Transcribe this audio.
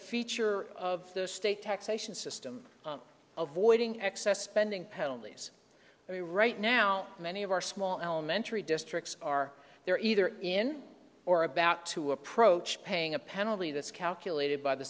feature of the state taxation system of voiding excess spending penalties are we right now many of our small elementary districts are they're either in or about to approach paying a penalty that's calculated by the